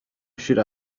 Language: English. should